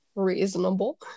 Reasonable